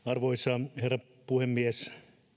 arvoisa herra puhemies